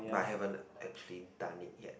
but I haven't actually done it yet